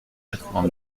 quatre